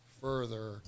further